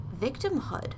victimhood